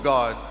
God